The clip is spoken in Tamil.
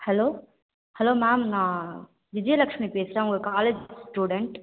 ஹலோ ஹலோ மேம் நான் விஜயலெட்சுமி பேசுறேன் உங்கள் காலேஜ் ஸ்டுடெண்ட்